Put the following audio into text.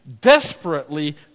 desperately